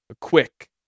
quick